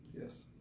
Yes